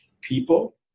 people